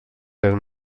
eren